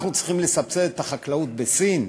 אנחנו צריכים לסבסד את החקלאות בסין?